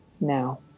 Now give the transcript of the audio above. now